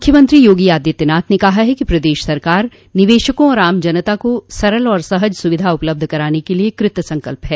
मुख्यमंत्री योगी आदित्यनाथ ने कहा है कि प्रदेश सरकार निवेशकों और आम जनता को सरल और सहज सुविधा उपलब्ध कराने के लिये कृत संकल्प है